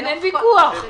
אין ויכוח.